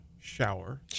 shower